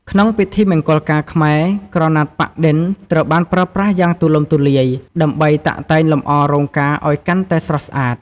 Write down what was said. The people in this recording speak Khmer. ក្នុងពិធីមង្គលការខ្មែរ ក្រណាត់ប៉ាក់-ឌិន ត្រូវបានប្រើប្រាស់យ៉ាងទូលំទូលាយ ដើម្បីតាក់តែងលម្អរោងការឱ្យកាន់តែស្រស់ស្អាត។